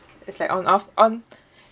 it's like on off on